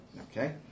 Okay